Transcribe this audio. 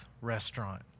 restaurant